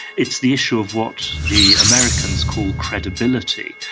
it's the issue of what the americans call credibility,